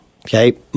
okay